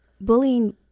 Bullying